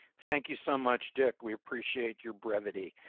thank you so much deke we appreciate your brevity.